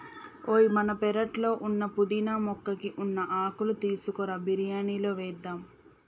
ఓయ్ మన పెరట్లో ఉన్న పుదీనా మొక్కకి ఉన్న ఆకులు తీసుకురా బిరియానిలో వేద్దాం